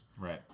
Right